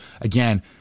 Again